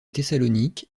thessalonique